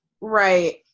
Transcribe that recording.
Right